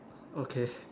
okay